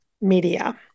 media